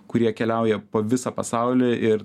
kurie keliauja po visą pasaulį ir